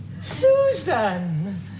Susan